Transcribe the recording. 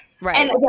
Right